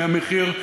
מהמחיר,